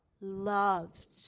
loved